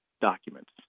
documents